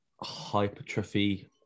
hypertrophy